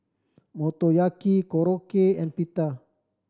Motoyaki Korokke and Pita